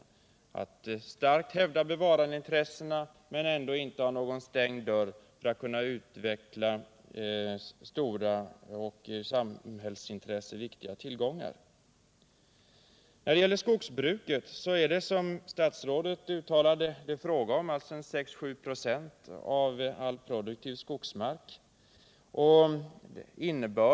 Man har starkt hävdat bevarandeintressena, men har ändå inte stängt dörren för att utnyttja stora samhälleliga tillgångar. När det gäller skogsbruket är det, som statsrådet uttalade, fråga om 6-7 "/« av all produktiv skogsmark.